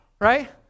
right